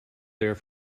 there